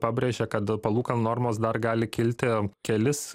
pabrėžė kad palūkanų normos dar gali kilti kelis